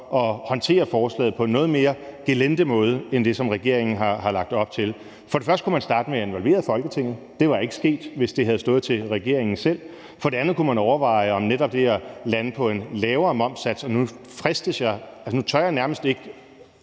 at håndtere forslaget på en noget mere gelinde måde end det, som regeringen har lagt op til. For det første kunne man starte med at involvere Folketinget. Det var ikke sket, hvis det havde stået til regeringen selv. For det andet kunne man overveje det med at lande på en lavere momssats. Og nu tør jeg nærmest ikke